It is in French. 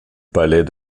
palais